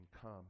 come